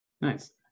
Nice